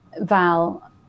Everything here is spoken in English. Val